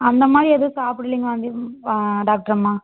அந்த மாதிரி எதுவும் சாப்டலிங்கம்மா டாக்டரம்மா